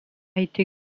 été